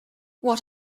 what